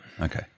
Okay